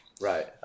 Right